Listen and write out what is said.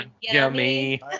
Yummy